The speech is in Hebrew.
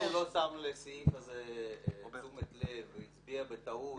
אם מישהו לא שם לסעיף הזה תשומת לב והצביע בטעות,